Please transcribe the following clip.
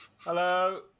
Hello